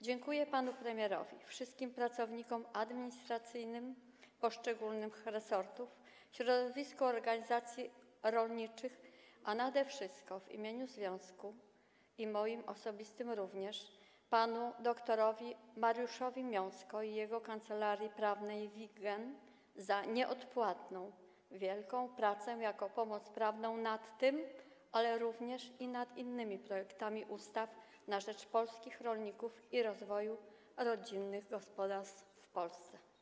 Dziękuję panu premierowi, wszystkim pracownikom administracyjnym poszczególnych resortów, środowiskom organizacji rolniczych, a nade wszystko w imieniu związku i moim osobistym również - panu dr. Mariuszowi Miąsko i jego kancelarii prawnej Viggen za nieodpłatną wielką pracę jako pomoc prawna nad tym, ale również nad innymi projektami ustaw na rzecz polskich rolników i rozwoju rodzinnych gospodarstw w Polsce.